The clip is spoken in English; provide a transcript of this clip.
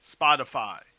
Spotify